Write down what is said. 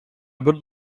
would